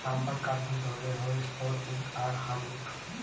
lumber কাঠ দুই ধরণের হই সফ্টউড আর হার্ডউড